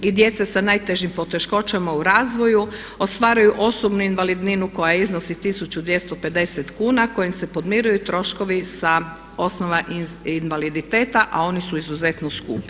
I djeca sa najtežim poteškoćama u razvoju ostvaruju osobnu invalidninu koja iznosi 1250 kuna kojim se podmiruju troškovi sa osnova invaliditeta, a oni su izuzetno skupi.